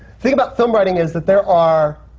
thing about film writing is that there are